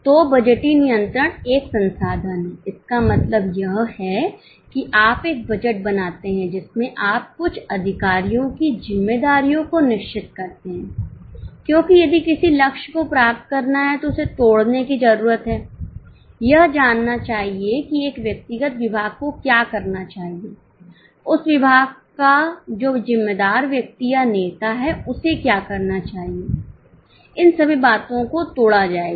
तो बजटीय नियंत्रण एक संसाधन है इसका मतलब यह है कि आप एक बजट बनाते हैं जिसमें आप कुछ अधिकारियों की जिम्मेदारियों कोनिश्चित करते हैं क्योंकि यदि किसी लक्ष्य को प्राप्त करना है तो उसे तोड़ने की जरूरत है यह जानना चाहिए कि एक व्यक्तिगत विभाग को क्या करना चाहिए उस विभाग का जो जिम्मेदार व्यक्ति या नेता है उसे क्या करना चाहिए इन सभी बातों को तोड़ा जाएगा